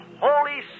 Holy